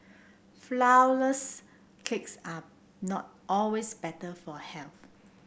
flourless cakes are not always better for health